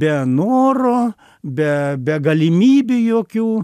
be noro be be galimybių jokių